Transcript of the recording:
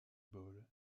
ball